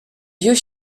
vieux